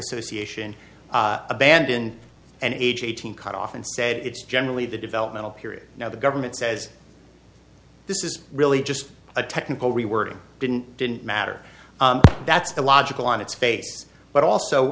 association abandoned and age eighteen cut off and said it's generally the developmental period now the government says this is really just a technical rewording didn't didn't matter that's the logical on its face but also